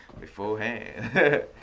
beforehand